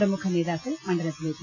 പ്രമുഖ നേതാക്കൾ മണ്ഡലത്തിലെത്തി